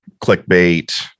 clickbait